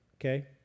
okay